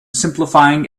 simplifying